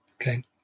Okay